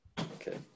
Okay